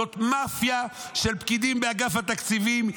זאת מאפיה של פקידים באגף התקציבים,